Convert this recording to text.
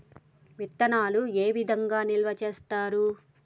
విత్తనాలు ఏ విధంగా నిల్వ చేస్తారు?